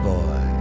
Boy